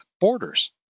borders